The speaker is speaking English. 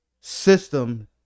system